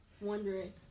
Wondering